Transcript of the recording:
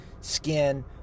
skin